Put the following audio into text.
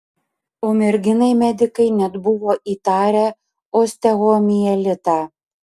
o merginai medikai net buvo įtarę osteomielitą